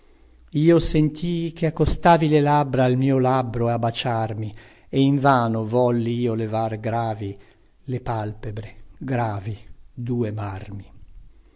io sentii che accostavi le labbra al mio labbro a baciarmi e invano volli io levar gravi le palpebre gravi due marmi